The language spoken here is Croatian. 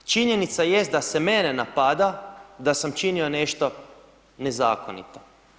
Činjenica jest da se mene napada da sam činio nešto nezakonito.